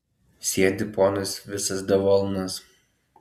sėdi ponas visas davolnas